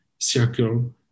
circle